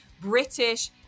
British